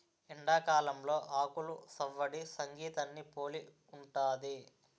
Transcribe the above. ఎండాకాలంలో ఆకులు సవ్వడి సంగీతాన్ని పోలి ఉంటది